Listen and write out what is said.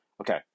Okay